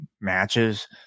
matches